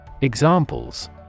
Examples